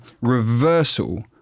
reversal